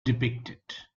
depicted